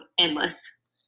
endless